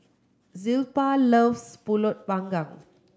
Zilpha loves Pulut Panggang